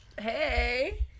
Hey